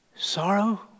Sorrow